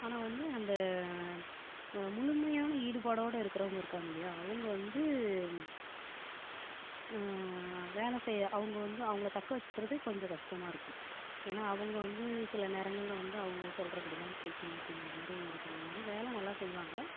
ஆனால் வந்து அந்த முழுமையான ஈடுபாட்டோட இருக்கிறவங்க இருக்காங்க இல்லையா அவங்க வந்து வேலை செய்ய அவங்க வந்து அவங்கள தக்க வெச்சுக்கறது கொஞ்சம் கஷ்டமா இருக்கும் ஏன்னா அவங்க வந்து சில நேரங்கள் வந்து அவங்க சொல்கிறபடி தான் கேக்கணும் அப்படிங்கற மாதிரி இது பண்ணுவாங்க ஏன்னா வேலை நல்லா செய்வாங்க